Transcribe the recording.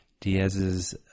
Diaz's